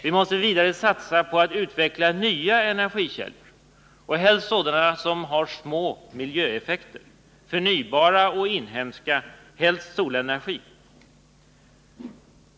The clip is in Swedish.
Vi måste vidare satsa på att utveckla nya energikällor, sådana som har små miljöeffekter, som är förnybara och inhemska — helst solenergi.